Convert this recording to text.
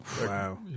Wow